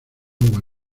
agua